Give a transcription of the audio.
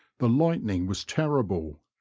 the lightning was terrible,